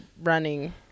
running